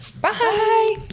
Bye